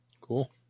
Cool